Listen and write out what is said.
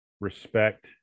respect